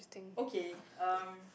okay erm